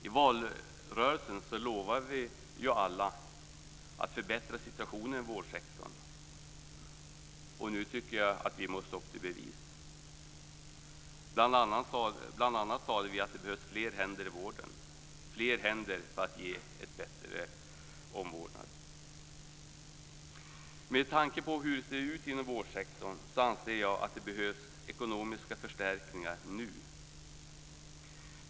I valrörelsen lovade vi alla att förbättra situationen i vårdsektorn. Nu tycker jag att vi måste upp till bevis. Bl.a. sade vi att det behövs fler händer i vården, fler händer för att ge bättre omvårdnad. Med tanke på hur det ser ut inom vårdsektorn anser att jag det behövs ekonomiska förstärkningar nu.